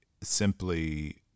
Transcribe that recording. simply